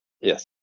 Yes